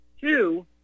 Two